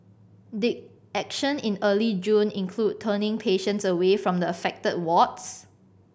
did action in early June include turning patients away from the affected wards